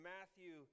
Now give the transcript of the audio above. Matthew